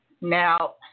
Now